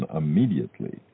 immediately